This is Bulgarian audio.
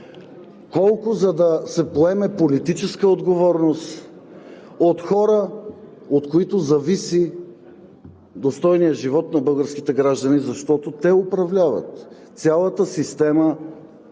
колко, за да се поеме политическа отговорност от хора, от които зависи достойният живот на българските граждани, защото те управляват цялата система